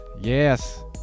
Yes